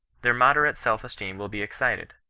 their moderate self-esteem will be excited.